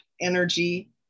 energy